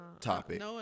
topic